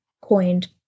coined